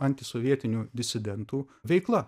antisovietinių disidentų veikla